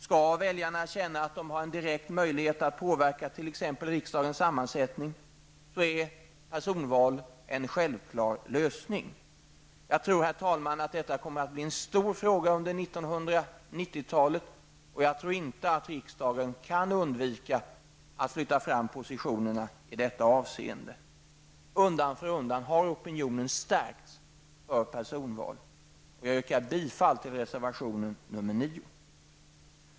Skall väljarna känna att de har en direkt möjlighet att påverka t.ex. riksdagens sammansättning, så är personval en självklar lösning. Jag tror, herr talman, att detta kommer att bli en stor fråga under 1990-talet, och jag tror inte att riksdagen kan undvika att flytta fram positionerna i detta avseende. Undan för undan har opinionen stärkts för personval. Jag yrkar bifall till reservation 9.